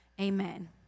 Amen